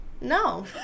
No